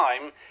time